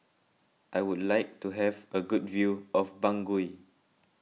I would like to have a good view of Bangui